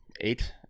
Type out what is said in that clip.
eight